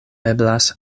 eblas